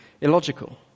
illogical